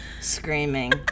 screaming